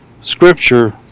scripture